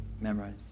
memorize